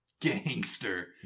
gangster